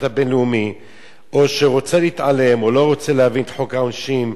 הבין-לאומי או שרוצה להתעלם או לא רוצה להבין את חוק העונשין.